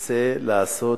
רוצה לעשות